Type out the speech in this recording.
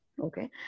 Okay